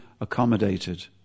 accommodated